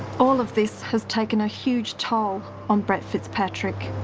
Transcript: all of this has taken a huge toll on brett fitzpatrick.